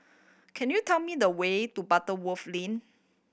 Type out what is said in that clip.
can you tell me the way to Butterworth Lane